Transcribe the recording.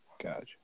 Gotcha